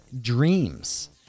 dreams